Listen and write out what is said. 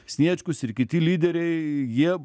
sniečkus ir kiti lyderiai jie